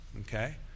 Okay